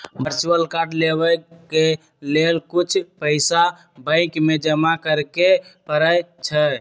virtual card लेबेय के लेल कुछ पइसा बैंक में जमा करेके परै छै